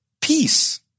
peace